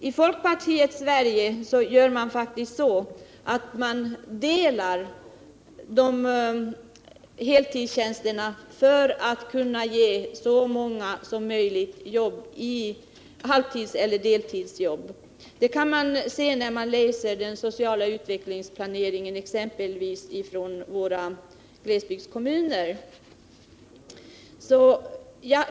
I folkpartiets Sverige gör man faktiskt så att man delar heltidstjänster för att kunna ge så många som möjligt jobb i halvtidseller deltidsarbete. Det kan man se när man t.ex. läser den sociala utvecklingsplanen för våra glesbygdskommuner.